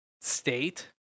state